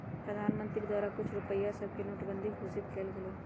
प्रधानमंत्री द्वारा कुछ रुपइया सभके नोटबन्दि घोषित कएल गेलइ